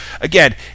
again